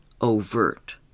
overt